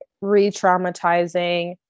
re-traumatizing